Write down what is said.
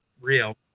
real